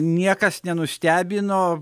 niekas nenustebino